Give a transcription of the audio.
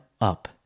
up